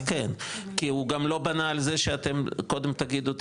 כי הוא גם לא בנה על זה שאתם קודם תגידו,